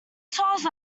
tolls